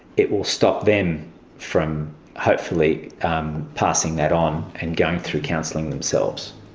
it will stop them from hopefully passing that on and going through counselling themselves.